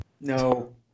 No